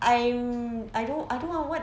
I'm I don't I don't want what